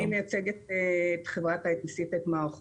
אני מייצגת את חברת אי טי סי טק מערכות.